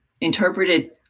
interpreted